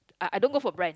I I don't go for brand